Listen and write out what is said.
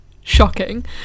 Shocking